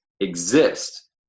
exist